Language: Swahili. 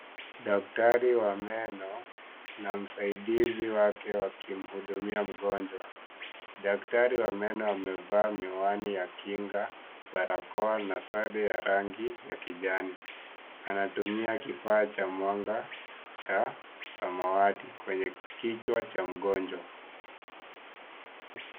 Daktari wa meno na msaidizi wake wakimhudumia mgonjwa daktari wa meno amevaa miwani ya kinga barakoa na sare ya rangi ya kijani anatumia kifaa cha mwanga cha samawati kwenye kichwa cha mgonjwa.